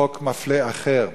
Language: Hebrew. חוק מפלה אחר,